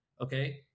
okay